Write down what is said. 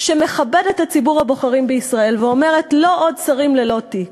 שמכבדת את ציבור הבוחרים בישראל ואומרת: לא עוד שרים ללא תיק,